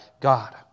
God